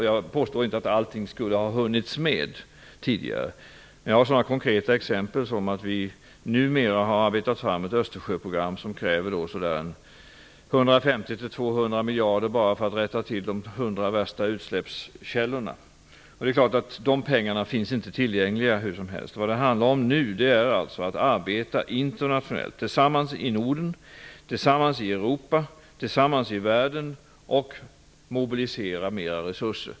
Jag påstår inte att allting borde ha hunnits med tidigare, men jag kan nämna sådana konkreta exempel som att vi nu har arbetat fram ett Östersjöprogram i vilket det krävs 150--200 miljarder bara för att rätta till de hundra värsta utsläppskällorna, och det är klart att de pengarna inte finns tillgängliga hur som helst. Vad det handlar om nu är att vi arbetar internationellt, tillsammans i Norden, i Europa och i världen, för att mobilisera mer resurser.